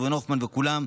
ראובן הופמן וכולם.